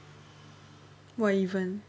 what even